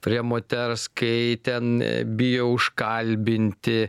prie moters kai ten bijo užkalbinti